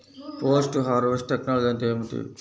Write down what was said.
Post harvest technology అంటే ఏమిటి?